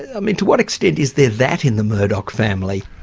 i mean to what extent is there that in the murdoch family?